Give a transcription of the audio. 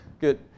good